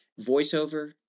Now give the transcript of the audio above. voiceover